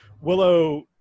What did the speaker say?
Willow